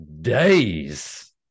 days